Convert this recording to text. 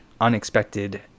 unexpected